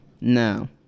Now